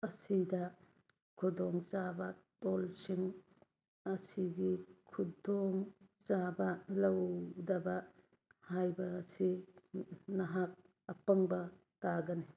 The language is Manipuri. ꯑꯁꯤꯗ ꯈꯨꯗꯣꯡ ꯆꯥꯕ ꯇꯣꯜꯁꯤꯡ ꯑꯁꯤꯒꯤ ꯈꯨꯗꯣꯡ ꯆꯥꯕ ꯂꯧꯗꯕ ꯍꯥꯏꯕ ꯑꯁꯤ ꯅꯍꯥꯛ ꯑꯄꯪꯕ ꯇꯥꯒꯅꯤ